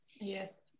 Yes